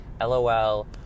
lol